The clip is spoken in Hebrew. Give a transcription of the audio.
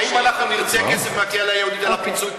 האם אנחנו נרצה כסף מהקהילה הבין-לאומית על הפינוי-פיצוי הזה או לא?